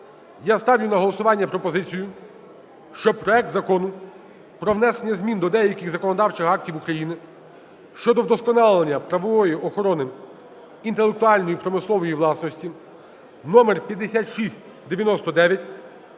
я ставлю на голосування пропозицію, що проект Закону про внесення змін до деяких законодавчих актів України щодо вдосконалення правової охорони інтелектуальної (промислової) власності (№ 5699)